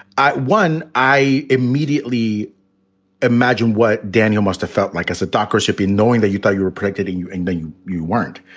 one, i immediately imagined what daniel must have felt like as a doctor ship in knowing that you thought you were protecting you and you you weren't.